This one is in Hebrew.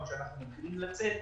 כאשר אנחנו מתחילים לצאת,